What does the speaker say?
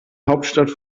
hauptstadt